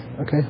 Okay